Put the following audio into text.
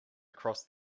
across